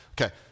Okay